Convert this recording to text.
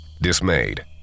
Dismayed